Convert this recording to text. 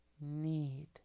need